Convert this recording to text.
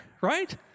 Right